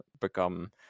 become